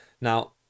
now